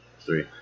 three